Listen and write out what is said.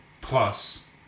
Plus